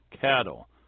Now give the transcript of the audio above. cattle